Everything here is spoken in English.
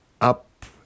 up